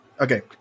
Okay